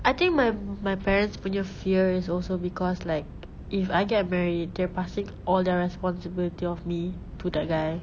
I think my my parents punya fear is also because like if I get married they're passing all their responsibility of me to that guy